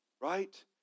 right